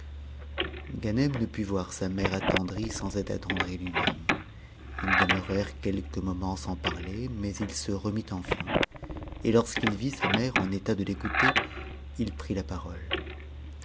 ne put voir sa mère attendrie sans être attendri lui-même ils demeurèrent quelques moments sans parler mais il se remit enfin et orsqu'i vit sa mère en état de l'écouter il prit la parole